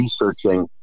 researching